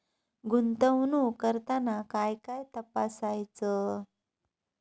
गुंतवणूक करताना काय काय तपासायच?